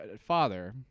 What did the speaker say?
father